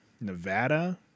Nevada